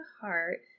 heart